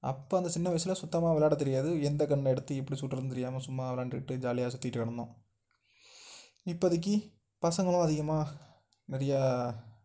அப்போ அந்த சின்ன வயதில் சுத்தமா விளாட தெரியாது எந்த கன்ன எடுத்து எப்படி சுடுறதுன்னு தெரியாமல் சும்மா விளாண்டுக்கிட்டு ஜாலியாக சுத்திக்கிட்டு கிடந்தோம் இப்போதைக்கி பசங்களும் அதிகமாக நிறையா